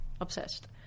obsessed